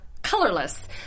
colorless